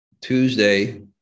Tuesday